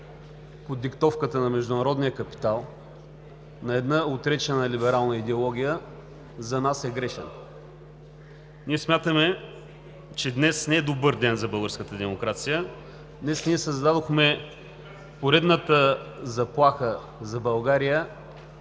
под диктовката на международния капитал на една отречена либерална идеология, за нас е грешен. Ние смятаме, че днес не е добър ден за българската демокрация. Днес ние създадохме поредната заплаха за България,